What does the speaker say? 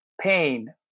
pain